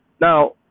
now